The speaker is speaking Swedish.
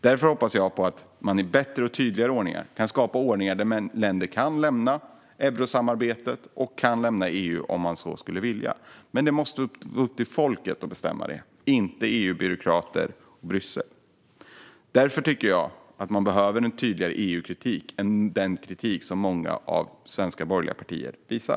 Därför hoppas jag att man på ett bättre och tydligare sätt kan skapa ordningar där länder kan lämna eurosamarbetet och EU om de så skulle vilja. Men det måste vara upp till folket att bestämma det - inte EU-byråkrater i Bryssel. Därför tycker jag att det behövs en tydligare EU-kritik än den kritik som många av de svenska borgerliga partierna visar.